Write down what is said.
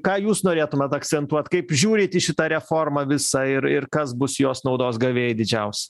ką jūs norėtumėt akcentuot kaip žiūrit į šitą reformą visą ir ir kas bus jos naudos gavėjai didžiausi